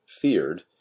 feared